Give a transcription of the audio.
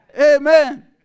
Amen